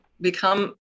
become